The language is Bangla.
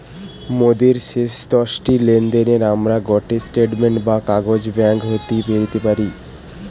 মোদের শেষ দশটি লেনদেনের আমরা গটে স্টেটমেন্ট বা কাগজ ব্যাঙ্ক হইতে পেতে পারি